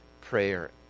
prayer